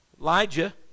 Elijah